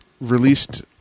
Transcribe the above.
released